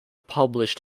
published